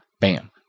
bam